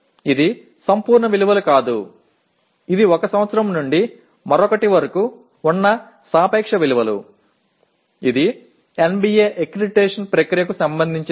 இது முழுமையான மதிப்புகள் அல்ல ஆனால் இது 1 வருடம் முதல் மற்றொன்று வரையிலான ஒப்பீட்டு மதிப்புகள் ஆகும் இது NBA இன் அங்கீகார செயல்முறையைப் பொருத்தவரை முக்கியமானது